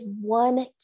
one